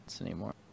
anymore